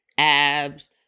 abs